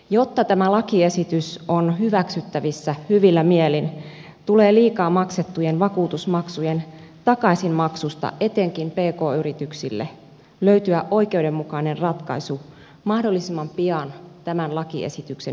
jotta tämä lakiesitys on hyväksyttävissä hyvillä mielin tulee liikaa maksettujen vakuutusmaksujen takaisinmaksusta etenkin pk yrityksille löytyä oikeudenmukainen ratkaisu mahdollisimman pian tämän lakiesityksen hyväksymisen jälkeen